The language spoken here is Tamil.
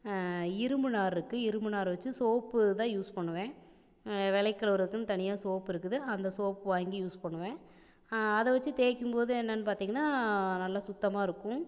இரும்பு நார் இருக்குது இரும்பு நார் வச்சு சோப்பு தான் யூஸ் பண்ணுவேன் விளக்கி கழுவுறதுக்குனு தனியாக சோப்பு இருக்குது அந்த சோப்பு வாங்கி யூஸ் பண்ணுவேன் அதை வச்சு தேய்க்கிம்போது என்னென்னு பார்த்திங்கனா நல்லா சுத்தமாக இருக்கும்